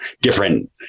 different